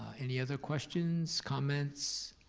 any other questions, comments?